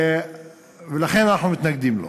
ולכן אנחנו מתנגדים לו.